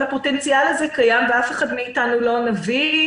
אבל הפוטנציאל הזה קיים ואף אחד מאיתנו לא נביא.